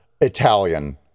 Italian